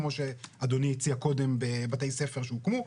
כמו שאדוני הציע קודם בבתי ספר שהוקמו,